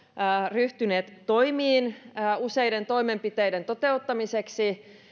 ryhtyneet toimiin useiden toimenpiteiden toteuttamiseksi